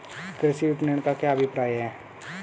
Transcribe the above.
कृषि विपणन का क्या अभिप्राय है?